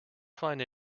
find